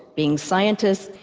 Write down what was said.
being scientists,